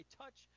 touch